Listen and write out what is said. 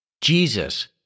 Jesus